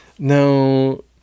no